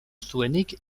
zuenik